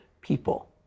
people